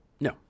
No